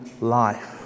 life